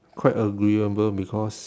quite agreeable because